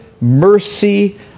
mercy